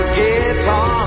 guitar